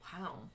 Wow